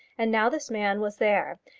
and now this man was there,